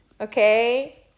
okay